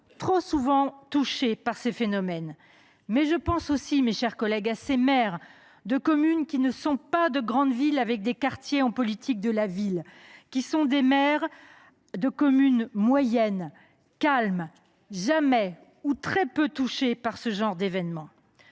trop souvent touchés par ces phénomènes. Mais je songe aussi à ces maires de communes qui ne sont pas des grandes villes avec des quartiers en politique de la ville. Ce sont des maires de communes moyennes, calmes, jamais ou peu touchées par ce genre d’événements.